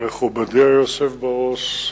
מכובדי היושב בראש,